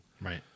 Right